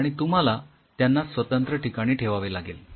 आणि तुम्हाला त्यांना स्वतंत्र ठिकाणी ठेवावे लागेल